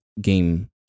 game